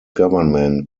government